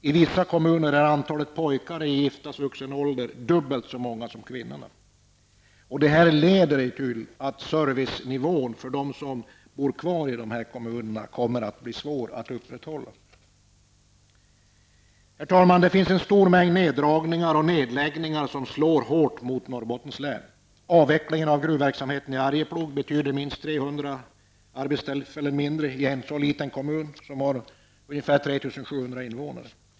I vissa kommuner är antalet pojkar i giftasvuxen ålder dubbelt så stort som antalet kvinnor. Detta leder till att servicenivån för dem som bor kvar i dessa kommuner kommer att bli svår att upprätthålla. Herr talman! En stor mängd neddragningar och nedläggningar slår hårt mot Norrbottens län. Avvecklingen av gruvverksamheten i Arjeplog betyder minst 300 arbetstillfällen mindre i en kommun med drygt 3 700 invånare.